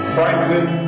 Franklin